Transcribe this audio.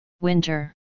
Winter